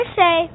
say